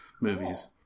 movies